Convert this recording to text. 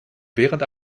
während